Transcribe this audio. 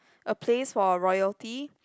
a place for royalty